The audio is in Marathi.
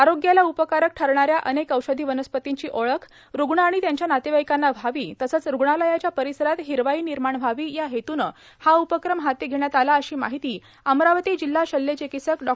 आरोग्याला उपकारक ठरणाऱ्या अनेक औषधी वनस्पतींची ओळखए रुग्ण आणि त्यांच्या नातेवाईकांना व्हावी तसंच रुग्णालयाच्या परिसरात हिरवाई निर्माण व्हावी या हेतूनं हा उपक्रम हाती घेण्यात आलाए अशी माहिती अमरावती जिल्हा शल्यचिकित्सक डॉ